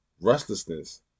restlessness